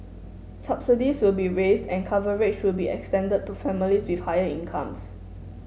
subsidies will be raised and coverage will be extended to families with higher incomes